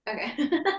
Okay